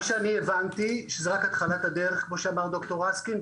מה שאני הבנתי שזו רק התחלת הדרך כמו שאמר ד"ר רסקין,